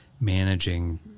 managing